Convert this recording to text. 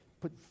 put